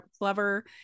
clever